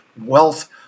wealth